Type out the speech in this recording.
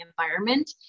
environment